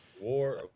War